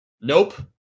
Nope